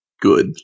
Good